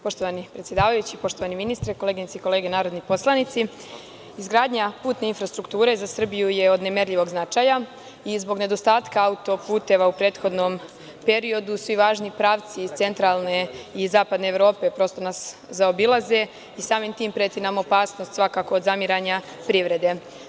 Poštovani predsedavajući, poštovani ministre, koleginice i kolege narodni poslanici, izgradnja putne infrastrukture za Srbiju je od nemerljivog značaja i zbog nedostatka autoputeva u prethodnom periodu svi važni pravci iz centralne i zapadne Evrope, prosto nas zaobilaze i samim tim preti nam opasnost svakako od zamiranja privrede.